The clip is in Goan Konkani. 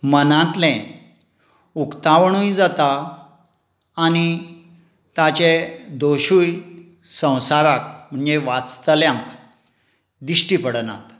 मनांतलें उक्तावणूय जाता आनी ताजे दोशूय संवसाराक म्हणजे वाचतल्यांक दिश्टी पडनात